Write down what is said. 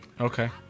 okay